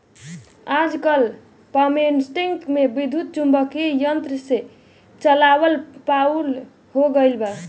आजकल पम्पींगसेट के विद्युत्चुम्बकत्व यंत्र से चलावल पॉपुलर हो गईल बा